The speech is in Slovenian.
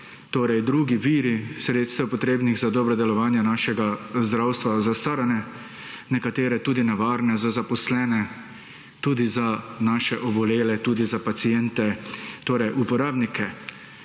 torej drugi viri sredstev, potrebnih za dobro delovanje našega zdravstva, zastarane, nekatere tudi nevarne za zaposlene, tudi za naše obolele, tudi za paciente, torej uporabnike,